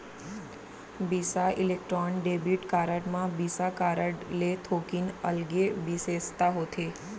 बिसा Electron debit card म Visa card ले थोकिन अलगे बिसेसता होथे